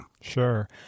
Sure